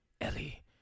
Ellie